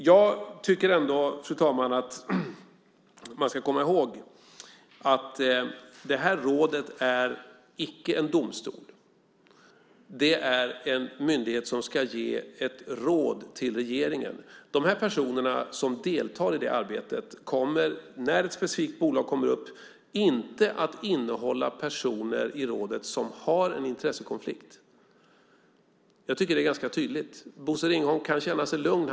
Jag tycker ändå att man ska komma ihåg att detta råd icke är en domstol. Det är en myndighet som ska ge ett råd till regeringen. När ett specifikt bolag kommer upp kommer rådet inte att innehålla personer som deltar i detta arbete och som har en intressekonflikt. Jag tycker att det är ganska tydligt. Bosse Ringholm kan känna sig lugn.